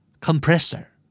Compressor